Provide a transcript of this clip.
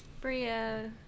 Bria